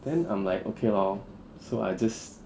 then I'm like okay lor so I just